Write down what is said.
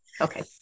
Okay